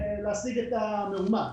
להשיג את המאומת.